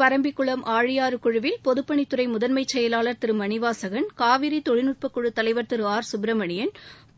பரம்பிக்குளம் ஆழியாறு குழுவில் பொதுப்பணித்துறை முதன்மை செயலாளா் திரு மணிவாசகன் காவிரி தொழில்நுட்பக் குழு தலைவா் திரு ஆர் சுப்ரமணியன்